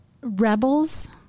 rebels